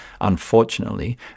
unfortunately